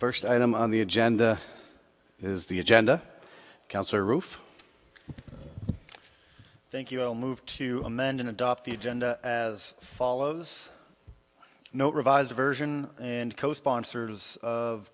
first item on the agenda is the agenda cancer roof thank you i'll move to amend and adopt the agenda as follows no revised version and co sponsors of